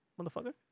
motherfucker